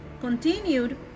continued